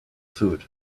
food